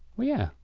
yeah.